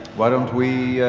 why don't we